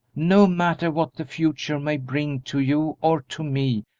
no matter what the future may bring to you or to me,